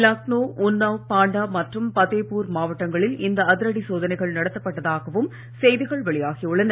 லக்னோ உன்னாவ் பாண்டா மற்றும் பதேபூர் மாவட்டங்களில் இந்த அதிரடி சோதனைகள் நடத்தப்பட்டதாகவும் செய்திகள் வெளியாகியுள்ளன